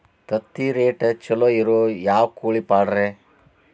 ತತ್ತಿರೇಟ್ ಛಲೋ ಇರೋ ಯಾವ್ ಕೋಳಿ ಪಾಡ್ರೇ?